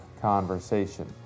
conversation